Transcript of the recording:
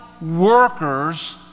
workers